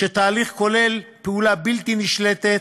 והתהליך כולל פעולה בלתי נשלטת,